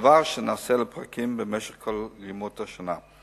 דבר שנעשה לפרקים במשך כל ימות השנה.